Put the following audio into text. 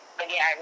again